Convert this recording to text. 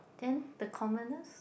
then the commoners